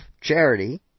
charity